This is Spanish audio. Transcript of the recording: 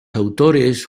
autores